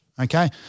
okay